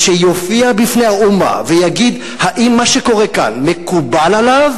שיופיע בפני האומה ויגיד אם מה שקורה כאן מקובל עליו